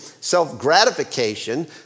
self-gratification